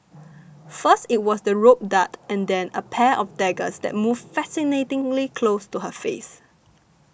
first it was the rope dart and then a pair of daggers that moved fascinatingly close to her face